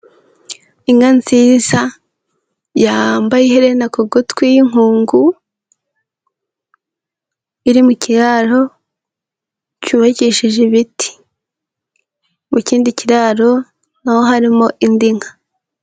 Inka nziza yambaye iherena ku gutwi y'inkungu, iri mu kiraro cyubakishije ibiti, mu kindi kiraro naho harimo indi nka.